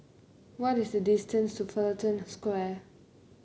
what is the distance Fullerton Square